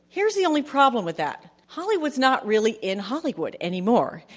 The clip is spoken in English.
here's the only problem with that. hollywood's not really in hollywood anymore.